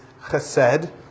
chesed